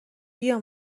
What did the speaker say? بیا